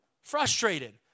Frustrated